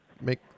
make